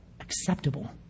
acceptable